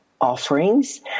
offerings